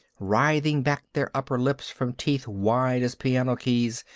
writhing back their upper lips from teeth wide as piano keys,